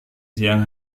siang